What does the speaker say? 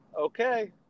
Okay